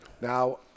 Now